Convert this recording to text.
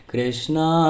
Krishna